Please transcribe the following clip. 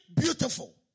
beautiful